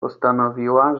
postanowiła